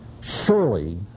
Surely